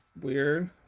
weird